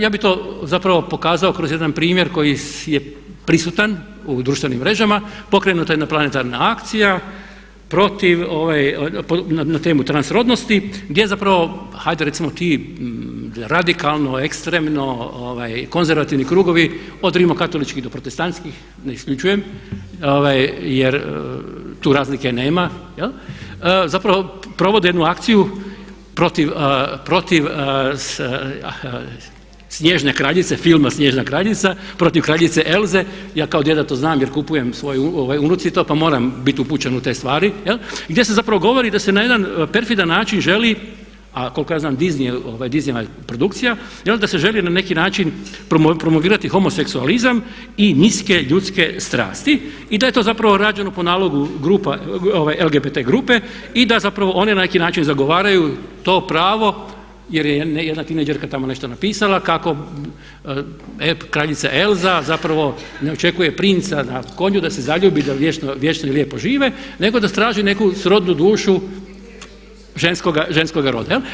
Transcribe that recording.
Ja bi to zapravo pokazao kroz jedan primjer koji je prisutan u društvenim mrežama, pokrenuta je planetarna akcija protiv, na temu trans rodnosti gdje zapravo hajde recimo ti radikalno, ekstremno, konzervativni krugovi od rimokatoličkih do protestantskih ne isključujem jer tu razlike nema, jel, zapravo provode jednu akciju protiv snježne kraljice, filma snježna kraljica, protiv kraljice Else, ja kao deda to znam jer kupujem svojoj unuci to pa moram biti upućen u te stvari gdje se zapravo govori da se na jedan perfidan način želi a koliko ja znam Disneyjeva je produkcija jel da se želi na neki način promovirati homoseksualizam i niske ljudske strasti i da je to zapravo rađeno po nalogu grupa LGPT grupe i da zapravo one na neki način zagovaraju to pravo jer je jedna ne tinejdžerka tamo nešto napisala kako kraljica Elsa zapravo ne očekuje princa na konju da se zaljubi, da vječno i lijepo žive nego da trži neku srodnu dušu ženskoga roda.